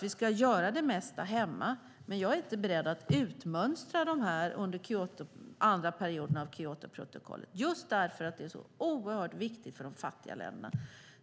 Vi ska göra det mesta hemma, men jag är inte beredd att utmönstra de här projekten under andra perioden av Kyotoprotokollet just därför att detta är så oerhört viktigt för de fattiga länderna.